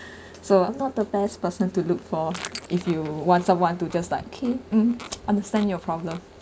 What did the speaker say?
so I'm not the best person to look for if you want someone to just like okay mm understand your problem